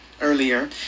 earlier